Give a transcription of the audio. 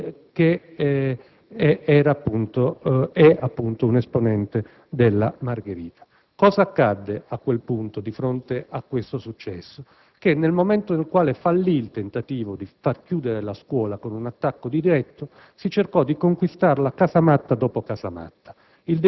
di Firenze, un esponente della Margherita. Cosa accadde a quel punto di fronte a questo inatteso successo? Nel momento in cui fallì il tentativo di far chiudere la scuola con un attacco diretto, si cercò di conquistarla casamatta dopo casamatta.